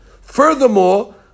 furthermore